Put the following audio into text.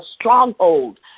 stronghold